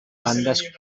bandes